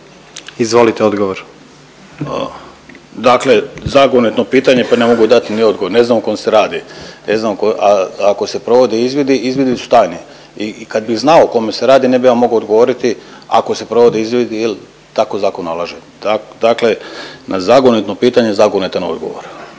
Ivan** Dakle, zagonetno pitanje pa ne mogu dati ni odgovor. Ne znam o kom se radi, ne znam o kom, a ako se provode izvidi, izvidi su tajni. I kad bi znao o kome se radi ne bi vam mogao odgovoriti ako se provode izvidi jer tako zakon nalaže. Dakle na zagonetno pitanje, zagonetan odgovor.